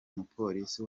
mupolisi